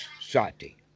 Sati